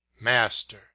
Master